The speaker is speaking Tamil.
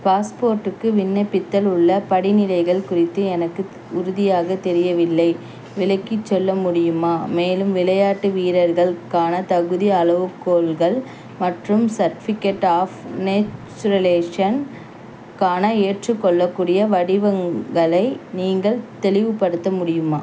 பாஸ்போர்ட்டுக்கு விண்ணப்பித்தல் உள்ள படிநிலைகள் குறித்து எனக்கு உறுதியாக தெரியவில்லை விளக்கிச் சொல்லமுடியுமா மேலும் விளையாட்டு வீரர்கள்க்கான தகுதி அளவுகோல்கள் மற்றும் சர்டிஃபிக்கேட் ஆஃப் நேச்சுரலேஷன்க்கான ஏற்றுக்கொள்ளக்கூடிய வடிவங்களை நீங்கள் தெளிவுப்படுத்த முடியுமா